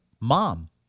mom